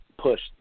pushed